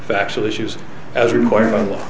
factual issues as required by law